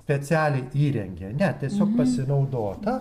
specialiai įrengė ne tiesiog pasinaudota